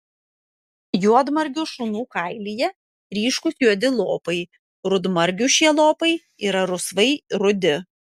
juodmargių šunų kailyje ryškūs juodi lopai rudmargių šie lopai yra rausvai rudi